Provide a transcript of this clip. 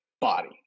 body